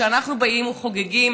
כשאנחנו באים וחוגגים,